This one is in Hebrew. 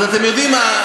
אז אתם יודעים מה?